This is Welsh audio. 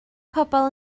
pobl